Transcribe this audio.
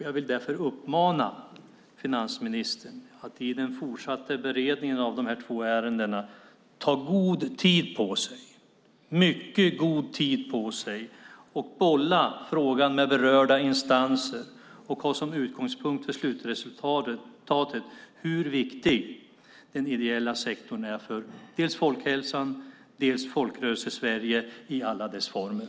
Jag vill därför uppmana finansministern att i den fortsatta beredningen av de här två ärendena ta mycket god tid på sig och bolla frågan med berörda instanser och ha som utgångspunkt för slutresultatet hur viktig den ideella sektorn är för dels folkhälsan, dels Folkrörelsesverige i alla dess former.